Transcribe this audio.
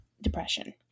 depression